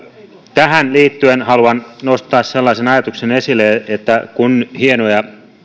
tähän liittyen haluan nostaa esille sellaisen ajatuksen että kun hienoja